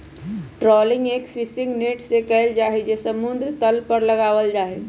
trawling एक fishing net से कइल जाहई जो समुद्र तल पर लगावल जाहई